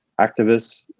activists